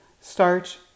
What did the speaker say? Starch